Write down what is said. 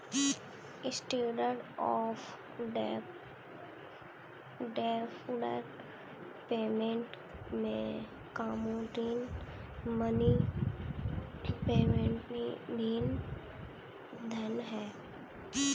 standard of deferred payment में commodity money प्रतिनिधि धन हैं